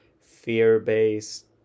fear-based